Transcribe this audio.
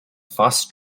fast